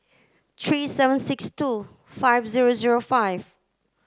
three seven six two five zero zero five